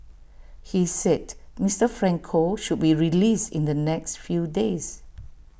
he said Mister Franco should be released in the next few days